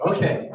Okay